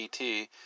ET